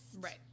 right